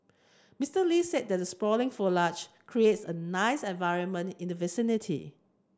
Mister Lee said the sprawling foliage creates a nice environment in the vicinity